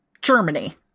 Germany